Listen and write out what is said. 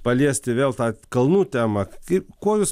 paliesti vėl tą kalnų temą kaip kuo jus